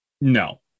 no